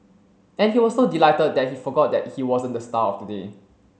and he was so delighted that he forgot that he wasn't the star of the day